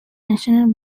national